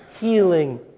healing